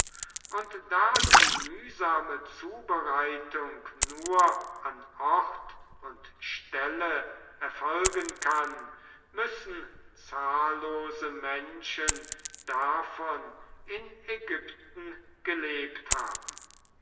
und da die mühsame zubereitung nur an ort und stelle erfolgen kann müssen zahllose menschen davon in ägypten gelebt haben